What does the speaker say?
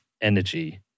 energy